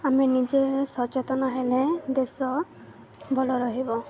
ଆମେ ନିଜେ ସଚେତନ ହେଲେ ଦେଶ ଭଲ ରହିବ